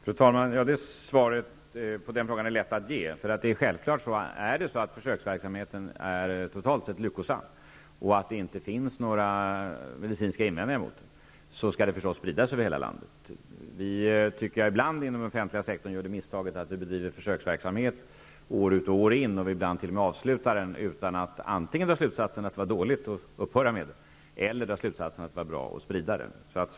Fru talman! Svaret på den frågan är lätt att ge. Om försöksverksamheten totalt sett visar sig ha varit lyckosam och det inte finns några medicinska invändningar, är det självklart att detta skall spridas över hela landet. Vi gör ibland inom den offentliga sektorn det misstaget att vi bedriver försöksverksamhet år ut och år in och sedan avslutar den utan att dra slutsatsen antingen att det hela var dåligt och därför bör upphöra eller att det hela var bra och att det därför bör spridas.